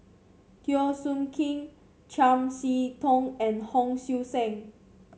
Teo Soon Kim Chiam See Tong and Hon Sui Sen